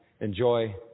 enjoy